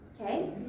Okay